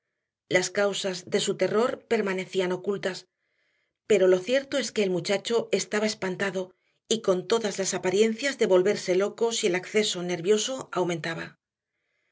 las causas de su terror permanecían ocultas pero lo cierto es que el muchacho estaba espantado y con todas las apariencias de volverse loco si el acceso nervioso aumentaba